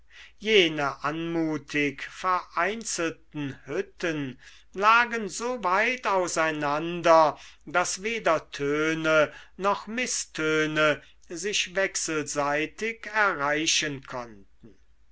jene anmutig vereinzelten hütten lagen so weit auseinander daß weder töne noch mißtöne sich wechselseitig erreichen konnten